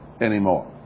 anymore